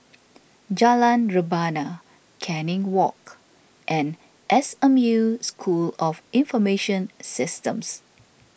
Jalan Rebana Canning Walk and S M U School of Information Systems